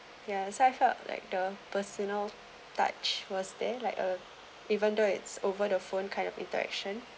ya so I felt like the personal touch was there like uh even though it's over the phone kind of interaction